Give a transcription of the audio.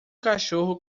cachorro